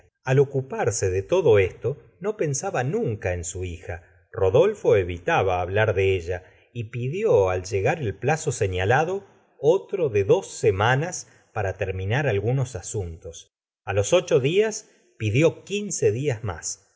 al ocuparse de todo esto no pensaba nunca en su hija rodolfo evitaba hablar de ell a y pidió al llegar el plazo señalado otro de dos semanas parn terminar algunos asuntos á los ocho días pidió quince más